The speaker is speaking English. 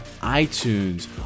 iTunes